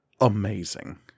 amazing